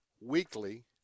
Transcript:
weekly